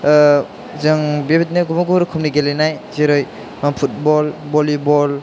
जों बेबायदिनो गुबुन गुबुन रोखोमनि गेलेनाय जेरै फुटबल भलिबल